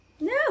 No